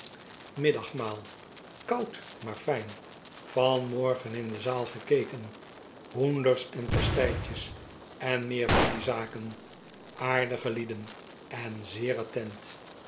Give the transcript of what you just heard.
middagmaal koud maar fijn vanmorgen in de zaal gekeken hoenders en pasteitjes en'meer van die zaken aardige lieden en zeer attent